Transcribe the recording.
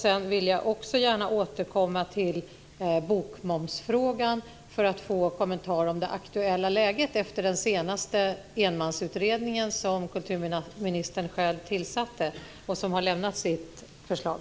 Dessutom vill jag gärna återkomma till bokmomsfrågan för att få en kommentar om det aktuella läget efter den senaste enmansutredningen, som kulturministern själv tillsatte och som har lämnat sitt förslag.